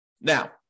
Now